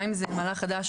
גם אם זה מהלך חדש